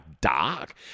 dark